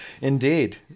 Indeed